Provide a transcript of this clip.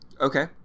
Okay